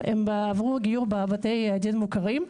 הם עברו גיור בבתי הדין המוכרים,